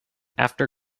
after